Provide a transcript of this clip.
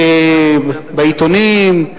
בעיתונים,